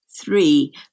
three